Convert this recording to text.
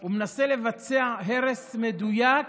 הוא מנסה לבצע הרס מדויק